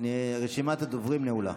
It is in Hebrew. רשימת הדוברים נעולה.